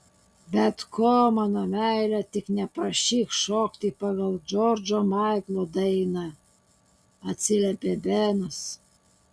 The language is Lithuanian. bet ko mano meile tik neprašyk šokti pagal džordžo maiklo dainą atsiliepė benas